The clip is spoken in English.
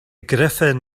griffin